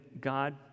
God